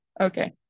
Okay